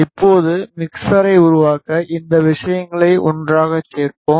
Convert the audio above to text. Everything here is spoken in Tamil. இப்போது மிக்ஸரை உருவாக்க இந்த விஷயங்களை ஒன்றாகச் சேர்ப்போம்